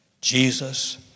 Jesus